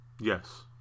Yes